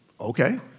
Okay